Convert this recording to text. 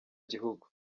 gihugu